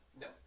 No